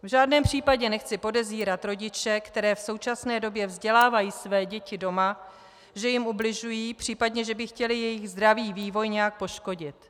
V žádném případě nechci podezírat rodiče, kteří v současné době vzdělávají své děti doma, že jim ubližují, případně že by chtěli jejich zdravý vývoj nějak poškodit.